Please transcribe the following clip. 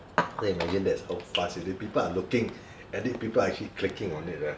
can you imagine that's how fast it is people are looking at it people are actually clicking on it eh